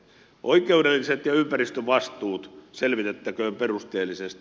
oikeudelliset ja ympäristövastuut selvitettäkööt perusteellisesti